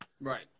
right